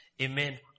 Amen